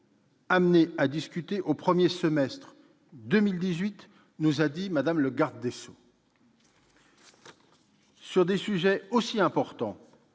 amenés à discuter au premier semestre 2018, à en croire Mme la garde des sceaux ? Sur des sujets aussi importants